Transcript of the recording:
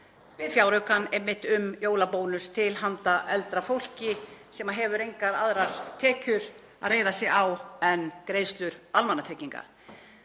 við fjáraukann einmitt um jólabónus til handa eldra fólki sem hefur engar aðrar tekjur að reiða sig á en greiðslur almannatrygginga.